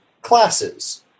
classes